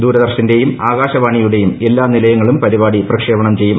ദൂരദർശന്റെയും ആകാശവാണിയുടെയും എല്ലാ നിലയങ്ങളും പരിപാടി പ്രക്ഷേപണം ചെയ്യും